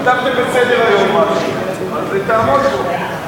כתבתם בסדר-היום משהו, אז תעמוד בו.